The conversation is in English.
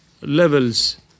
levels